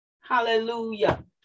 Hallelujah